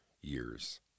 years